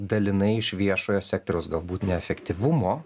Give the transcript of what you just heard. dalinai iš viešojo sektoriaus galbūt neefektyvumo